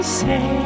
say